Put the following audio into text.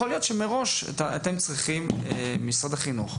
יכול להיות שמשרד החינוך צריך מראש